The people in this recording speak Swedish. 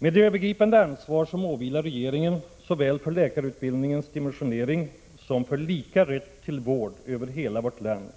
Med det övergripande ansvar som åvilar regeringen, såväl för läkarutbildningens dimensionering som för ”lika rätt till vård” över hela vårt land,